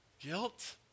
guilt